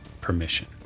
permission